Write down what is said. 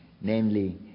Namely